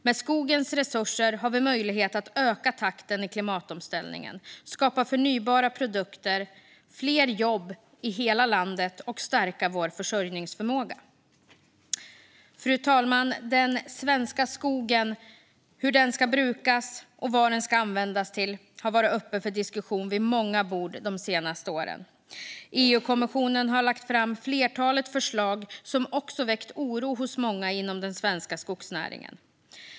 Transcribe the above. Med skogens resurser har vi möjlighet att öka takten i klimatomställningen, skapa förnybara produkter och fler jobb i hela landet och stärka vår försörjningsförmåga. Fru talman! Den svenska skogen - hur den ska brukas och vad den ska användas till - har varit uppe för diskussion vid många bord de senaste åren. EU-kommissionen har lagt fram ett flertal förslag som också väckt oro hos många inom den svenska skogsnäringen.